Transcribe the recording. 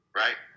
right